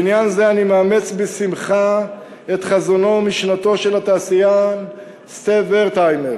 בעניין זה אני מאמץ בשמחה את חזונו ומשנתו של התעשיין סטף ורטהיימר,